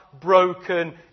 broken